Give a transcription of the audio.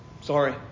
Sorry